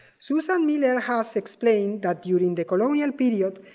susan miller has explained that during the colonial period,